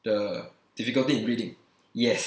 the difficulty in reading yes